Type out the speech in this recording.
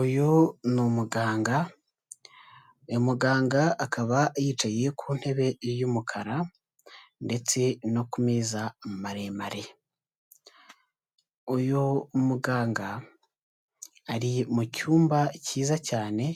Uyu n'umuganga, uyu muganga akaba yicaye ku ntebe y'umukara ndetse no ku meza maremare. Uyu muganga ari mu cyumba cyiza cyane,